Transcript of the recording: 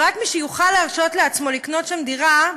ורק מי שיוכל להרשות לעצמו לקנות שם דירה,